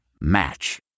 Match